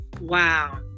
wow